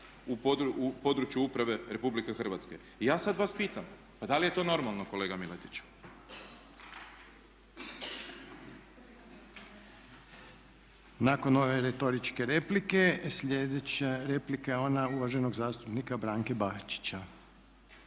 u području uprave Republike Hrvatske. I ja sada vas pitam, pa da li je to normalno kolega Miletiću? **Reiner, Željko (HDZ)** Nakon ove retoričke replike sljedeća replika je ona uvaženog zastupnika Branke Bačića.